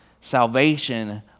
salvation